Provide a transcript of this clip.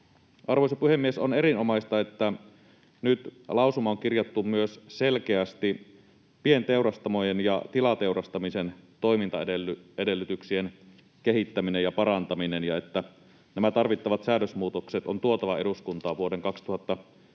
Arvoisa puhemies! On erinomaista, että nyt lausumaan on kirjattu selkeästi myös pienteurastamojen ja tilateurastamisen toimintaedellytyksien kehittäminen ja parantaminen ja että nämä tarvittavat säädösmuutokset on tuotava eduskuntaan vuoden 2022